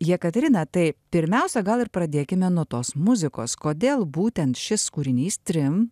jekaterina tai pirmiausia gal ir pradėkime nuo tos muzikos kodėl būtent šis kūrinys trim